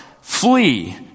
flee